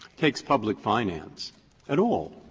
takes public finance at all,